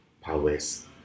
powers